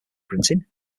printing